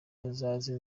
muzaze